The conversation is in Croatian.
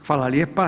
Hvala lijepa.